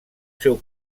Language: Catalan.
seu